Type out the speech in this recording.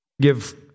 give